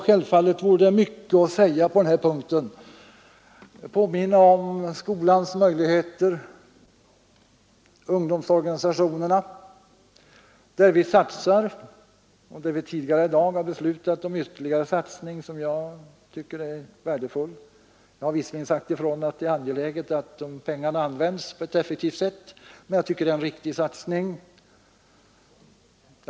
Givetvis vore det mycket att säga på denna punkt - påminna om skolans möjligheter, om ungdomsorganisationerna, där vi tidigare i dag har beslutat om en ytterligare satsning, något som jag tycker är värdefullt. Jag har visserligen sagt att det är angeläget att de pengarna används på ett effektivt sätt, men jag anser att det är en riktig satsning som sådan.